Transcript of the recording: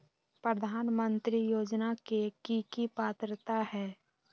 प्रधानमंत्री योजना के की की पात्रता है?